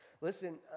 Listen